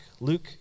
Luke